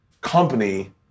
company